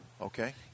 Okay